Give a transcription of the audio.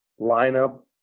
lineup